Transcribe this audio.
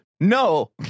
No